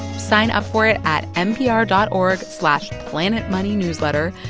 sign up for it at npr dot org slash planetmoneynewsletter.